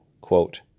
quote